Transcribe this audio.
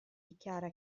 dichiara